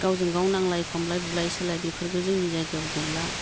गावजोंगाव नांज्लाय खमलाय बुलाय सोलाय बेफोरबो जोंनि जायगायाव गैला